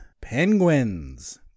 Penguins